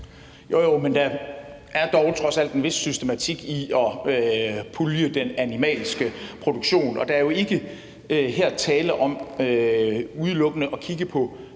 jo, men der er dog trods alt en vis systematik i at pulje den animalske produktion, og der er jo her ikke tale om udelukkende at kigge på